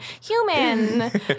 human